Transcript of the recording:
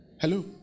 Hello